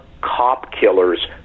cop-killers